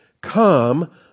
come